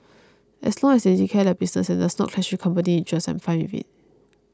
as long as they declare their business and it does not clash with company interests I'm fine with it